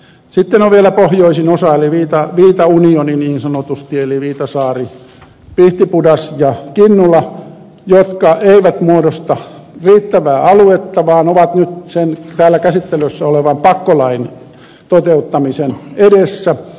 sitten on vielä pohjoisin osa eli wiitaunioni niin sanotusti eli viitasaari pihtipudas ja kinnula jotka eivät muodosta riittävää aluetta vaan ovat nyt sen täällä käsittelyssä olevan pakkolain toteuttamisen edessä